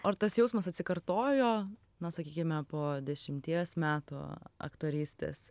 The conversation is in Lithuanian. o ar tas jausmas atsikartojo na sakykime po dešimties metų aktorystės